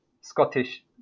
Scottish